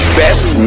best